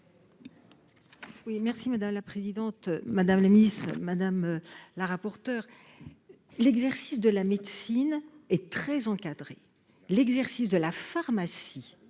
merci madame la présidente, madame la ministre madame la rapporteure. L'exercice de la médecine est très encadrée. L'exercice de la pharmacie